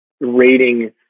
rating